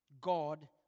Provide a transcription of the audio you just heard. God